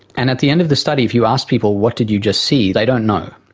and at the end of the study, if you asked people, what did you just see, they don't know.